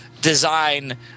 design